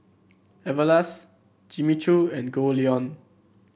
Everlast Jimmy Choo and Goldlion